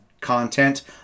content